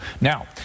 Now